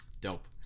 Dope